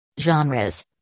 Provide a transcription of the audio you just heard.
Genres